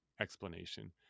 explanation